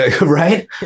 Right